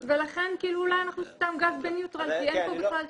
לכן אולי אנחנו סתם שמים גז בניוטרל כי אין כאן בכלל שאלה.